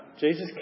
Jesus